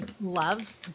love